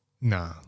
nah